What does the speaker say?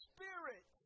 Spirit